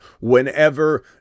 whenever